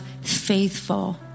faithful